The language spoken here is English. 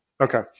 Okay